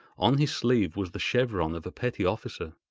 on his sleeve was the chevron of a petty officer.